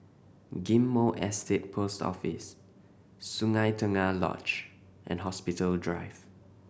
Ghim Moh Estate Post Office Sungei Tengah Lodge and Hospital Drive